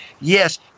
Yes